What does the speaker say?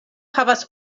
havas